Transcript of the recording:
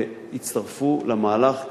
יצטרפו למהלך,